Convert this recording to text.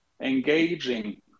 engaging